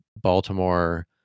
Baltimore